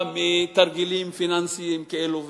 של תרגילים פיננסיים כאלה ואחרים,